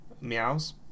Meows